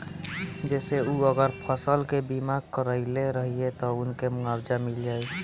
जेसे उ अगर फसल के बीमा करइले रहिये त उनके मुआवजा मिल जाइ